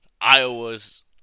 Iowa's